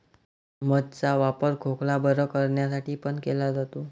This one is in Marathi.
मध चा वापर खोकला बरं करण्यासाठी पण केला जातो